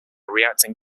reacting